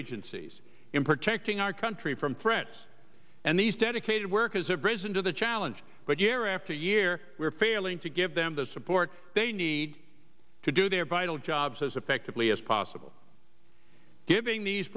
agencies in protecting our country from threats and these dedicated workers have risen to the challenge but year after year we're failing to give them the support they need to do their vital jobs as effectively as possible giving these